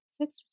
Six